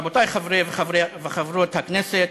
רבותי חברי וחברות הכנסת,